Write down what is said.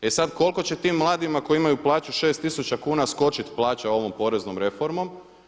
E sada koliko će tim mladima koji imaju plaću 6 tisuća kuna skočiti plaća ovom poreznom reformom?